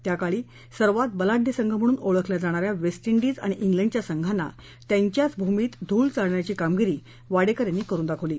त्याकाळी सर्वात बलाढ्य संघ म्हणून ओळखल्या जाणा या वेस्ट इंडिज आणि इंग्लंडच्या संघांना त्यांच्याच भूमीत धूळ चारण्याची कामगिरी वाडेकर यांनी करून दाखवली